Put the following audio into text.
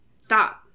stop